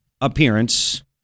appearance